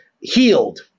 healed